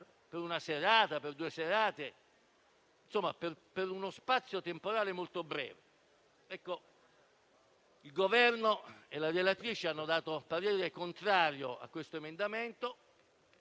per una o due serate, per uno spazio temporale molto breve. Il Governo e la relatrice hanno dato parere contrario a questo emendamento,